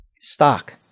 stock